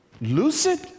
lucid